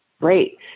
great